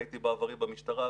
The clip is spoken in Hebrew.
הייתי בעברי במשטרה,